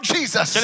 Jesus